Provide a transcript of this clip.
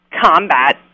combat